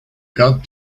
got